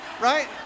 right